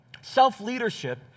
Self-leadership